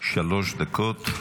שלוש דקות.